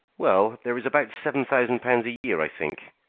well, there is about seven thousand pounds a year, i think!